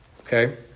Okay